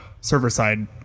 server-side